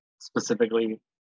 specifically